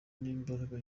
n’imbaraga